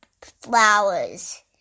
flowers